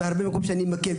בהרבה מקומות שאני מכיר,